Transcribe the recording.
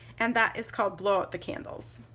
and that is called blow out the candles.